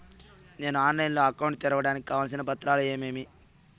నేను ఆన్లైన్ లో అకౌంట్ తెరవడానికి కావాల్సిన పత్రాలు ఏమేమి?